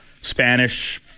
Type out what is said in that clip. Spanish